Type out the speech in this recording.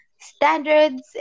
standards